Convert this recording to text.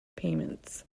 payments